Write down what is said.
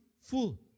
full